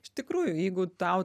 iš tikrųjų jeigu tau